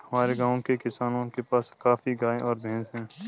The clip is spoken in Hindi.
हमारे गाँव के किसानों के पास काफी गायें और भैंस है